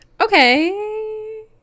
Okay